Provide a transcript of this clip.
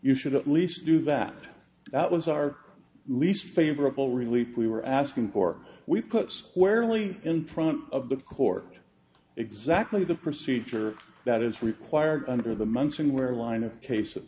you should at least do that that was our least favorable relief we were asking for we put squarely in front of the court exactly the procedure that is required under the munson where line of cases